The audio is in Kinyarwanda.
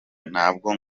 nabwo